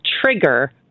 trigger